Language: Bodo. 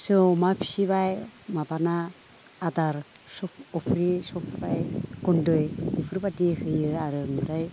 फिसौ अमा फिसिबाय माबाना आदार अफ्रि सफैबाय गुन्दै बेफोरबायदि होयो आरो ओमफ्राय